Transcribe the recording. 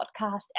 podcast